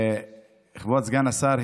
כבוד סגן השר,